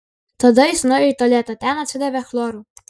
tada jis nuėjo į tualetą ten atsidavė chloru